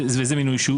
ואת זה לא נוכל לעצור.